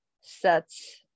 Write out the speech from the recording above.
sets